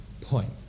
point